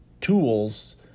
tools